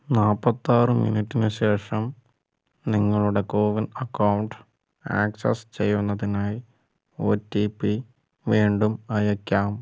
നാൽപ്പത്താറ് മിനിറ്റിന് ശേഷം നിങ്ങളുടെ കോവിൻ അക്കൗണ്ട് ആക്സസ് ചെയ്യുന്നതിനായി ഒ റ്റി പി വീണ്ടും അയയ്ക്കാം